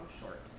short